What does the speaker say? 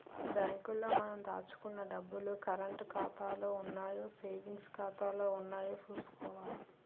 bank లో మనం దాచుకున్న డబ్బులు కరంటు ఖాతాలో ఉన్నాయో సేవింగ్స్ ఖాతాలో ఉన్నాయో చూసుకోవాలి